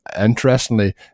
interestingly